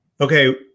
Okay